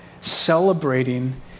Celebrating